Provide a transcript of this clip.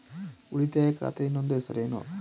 ಉಳಿತಾಯ ಖಾತೆಯ ಇನ್ನೊಂದು ಹೆಸರೇನು?